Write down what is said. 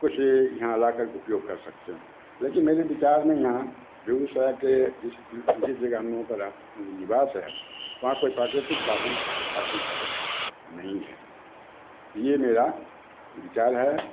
कुछ यहाँ लाकर के उपयोग कर सकते हैं लेकिन मेरे विचार में यहाँ बेगूसराय के जिस जिस जगह हम लोगों का निवास है वहाँ कोई प्राकृतिक साधन अच्छा संसाधन नहीं है तो ये मेरा विचार है